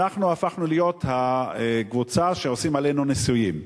אנחנו הפכנו להיות הקבוצה שעושים עליה ניסויים.